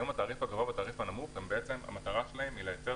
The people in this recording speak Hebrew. היום יש תעריף גבוה ונמוך ומטרתם לייצר